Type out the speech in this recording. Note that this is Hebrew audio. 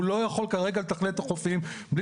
הוא לא יכול כרגע לתכנן את החופים בלי